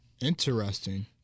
Interesting